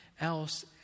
else